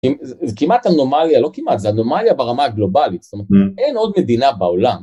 זה כמעט אנומליה, לא כמעט, זה אנומליה ברמה גלובלית, זאת אומרת אין עוד מדינה בעולם.